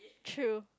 true